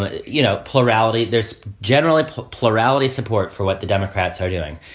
ah you know, plurality, there's generally plurality support for what the democrats are doing.